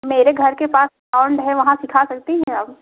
मेरे घर के पास ग्राउंड है वहाँ सिखा सकती हैं आप